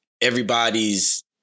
everybody's